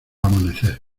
amanecer